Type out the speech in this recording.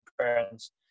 parents